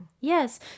yes